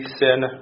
sin